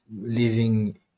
living